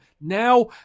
now